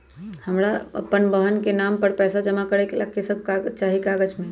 हमरा अपन बहन के नाम पर पैसा जमा करे ला कि सब चाहि कागज मे?